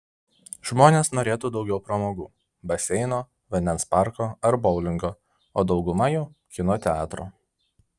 žmonės norėtų daugiau pramogų baseino vandens parko ar boulingo o dauguma jų kino teatro